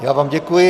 Já vám děkuji.